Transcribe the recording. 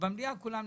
ובמליאה כולם נמצאים,